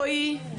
רועי,